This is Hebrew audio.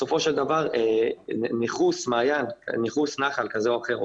בסופו של דבר ניכוס נחל כזה או אחר או